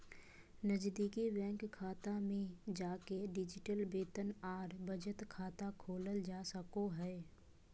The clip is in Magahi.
नजीदीकि बैंक शाखा में जाके डिजिटल वेतन आर बचत खाता खोलल जा सको हय